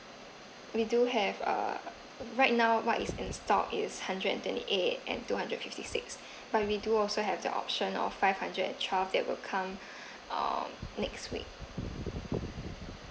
we do have uh right now what is in stock is hundred and twenty eight and two hundred fifty six but we do also have the option of five hundred and twelve that will come um next week